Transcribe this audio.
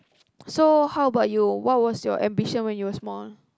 so how about you what was your ambition when you were small